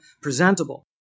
presentable